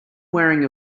wearing